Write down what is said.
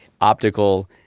optical